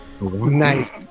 Nice